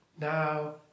now